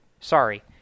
sorry